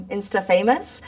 Insta-famous